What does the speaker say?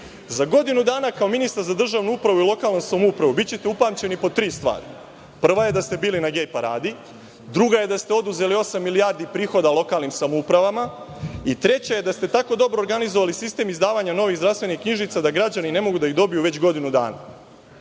godinu dana kao ministar za državnu upravu i lokalnu samoupravu bićete upamćeni po tri stvari. Prva je da ste bili na „gej paradi“, druga je da ste oduzeli osam milijardi prihoda lokalnim samoupravama i treća je da ste tako dobro organizovali sistem izdavanja novih zdravstvenih knjižica da građani ne mogu da ih dobiju već godinu dana. Taman